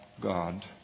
God